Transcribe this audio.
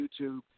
YouTube